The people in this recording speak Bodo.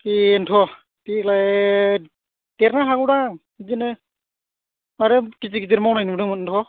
बेनोथ' देग्लाय देरनो हागौदां बिदिनो माथो गिदिर गिदिर मावनाय नुदोंमोनथ'